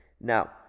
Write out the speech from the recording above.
Now